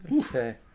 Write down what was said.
Okay